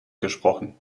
gesprochen